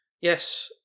Yes